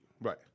Right